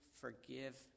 forgive